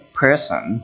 person